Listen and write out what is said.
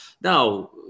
Now